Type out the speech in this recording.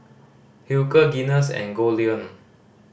Hilker Guinness and Goldlion